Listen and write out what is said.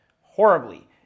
horribly